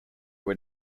were